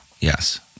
yes